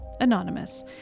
anonymous